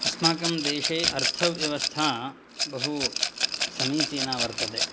अस्माकं देशे अर्थव्यवस्था बहुसमीचीना वर्तते